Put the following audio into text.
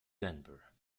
denver